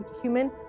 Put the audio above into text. human